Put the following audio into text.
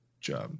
job